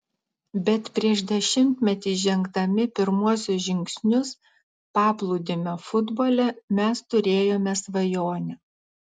bet prieš dešimtmetį žengdami pirmuosius žingsnius paplūdimio futbole mes turėjome svajonę